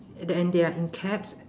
and the and they are in caps